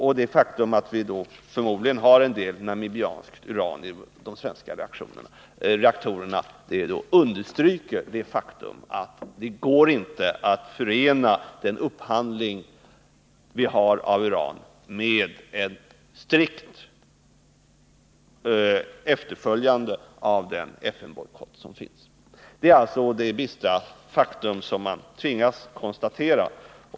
Och det faktum att vi förmodligen har en del namibiskt uran i de svenska reaktorerna understryker det förhållandet att det inte går att förena den upphandling vi har av uran med ett strikt efterföljande av den FN-bojkott som finns. Det är alltså det dystra faktum som man tvingas konstatera.